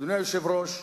אדוני היושב-ראש,